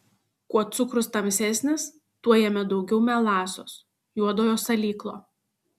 kuo cukrus tamsesnis tuo jame daugiau melasos juodojo salyklo